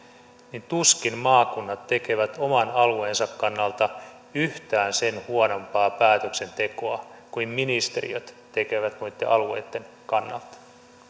niin tuskin maakunnat tekevät oman alueensa kannalta yhtään sen huonompaa päätöksentekoa kuin ministeriöt tekevät noitten alueitten kannalta